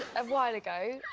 um while ago,